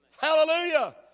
Hallelujah